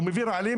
הוא מביא רעלים,